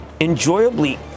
enjoyably